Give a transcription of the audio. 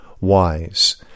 wise